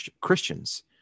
Christians